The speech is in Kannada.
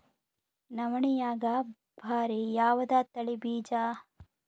ನವಣಿಯಾಗ ಭಾರಿ ಯಾವದ ತಳಿ ಬೀಜ?